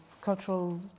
cultural